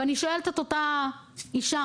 ואני שואלת את אותה אישה: